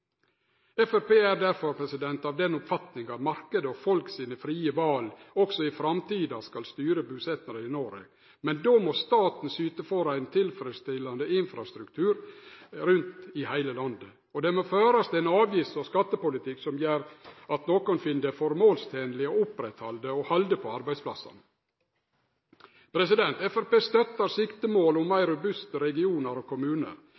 er derfor av den oppfatninga at marknaden og folk sine frie val også i framtida skal styre busetnaden i Noreg, men då må staten syte for ein tilfredsstillande infrastruktur rundt i heile landet, og det må førast ein avgifts- og skattepolitikk som gjer at nokon finn det formålstenleg å opprette og halde på arbeidsplassane. Framstegspartiet støtter siktemålet om meir robuste regionar og